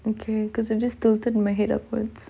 okay because I just tilted my head upwards